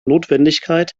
notwendigkeit